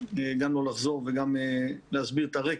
גם לא לחזור וגם להסביר את הרקע.